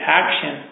action